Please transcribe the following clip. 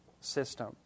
system